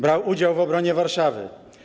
Brał udział w obronie Warszawy.